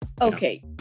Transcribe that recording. Okay